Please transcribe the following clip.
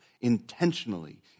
intentionally